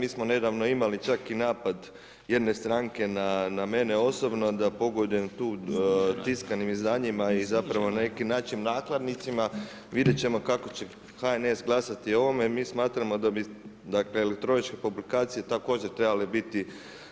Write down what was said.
Mi smo nedavno imali čak i napad jedne stranke na mene osobno da pogodujem tu tiskanim izdanjima i zapravo na neki način nakladnicima, vidit ćemo kako će HNS glasati o ovome jer mi smatramo da bi elektroničke publikacije također trebale biti